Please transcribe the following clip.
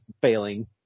failing